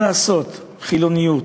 מה לעשות, חילוניות,